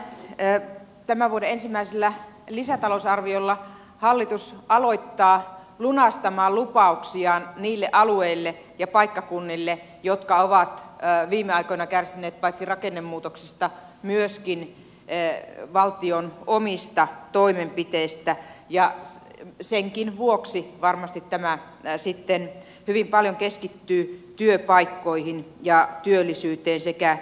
tällä tämän vuoden ensimmäisellä lisätalousarviolla hallitus alkaa lunastaa lupauksiaan niille alueille ja paikkakunnille jotka ovat viime aikoina kärsineet paitsi rakennemuutoksesta myöskin valtion omista toimenpiteistä ja senkin vuoksi varmasti tämä sitten hyvin paljon keskittyy työpaikkoihin ja työllisyyteen sekä yrittäjyyteen